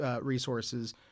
resources